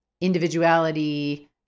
Individuality